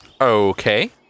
Okay